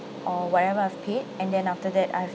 or whatever I've paid and then after that I've